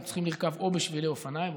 הם צריכים לרכוב או בשבילי אופניים,